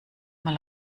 mal